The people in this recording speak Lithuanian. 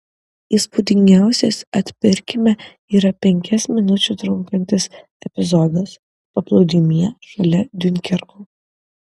įspūdingiausias atpirkime yra penkias minučių trunkantis epizodas paplūdimyje šalia diunkerko